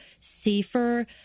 safer